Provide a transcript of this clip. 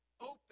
open